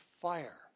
fire